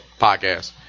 podcast